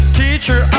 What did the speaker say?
teacher